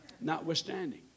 notwithstanding